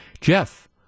Jeff